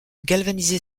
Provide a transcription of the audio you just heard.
galvaniser